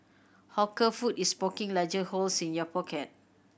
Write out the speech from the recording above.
hawker food is poking larger holes in your pocket